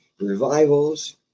revivals